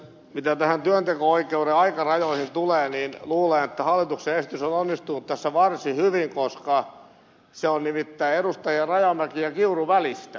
mitä tähän työnteko oikeuden aikarajoihin tulee niin luulen että hallituksen esitys on onnistunut tässä varsin hyvin koska se aikaraja on nimittäin edustajien rajamäki ja kiuru välistä